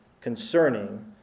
concerning